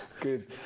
Good